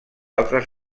altres